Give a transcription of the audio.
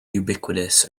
ubiquitous